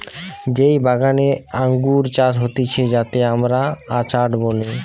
যেই বাগানে আঙ্গুর চাষ হতিছে যাতে আমরা অর্চার্ড বলি